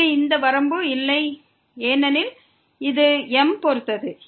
எனவே இந்த வரம்பு இல்லை ஏனெனில் இது mஐ பொறுத்தது